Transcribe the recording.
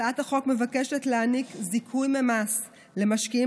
הצעת החוק מבקשת להעניק זיכוי ממס למשקיעים